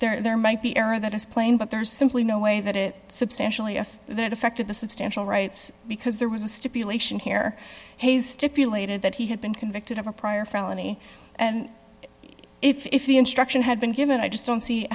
r there might be error that is plain but there's simply no way that it substantially if that affected the substantial rights because there was a stipulation here has stipulated that he had been convicted of a prior felony and if the instruction had been given i just don't see